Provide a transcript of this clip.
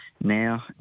now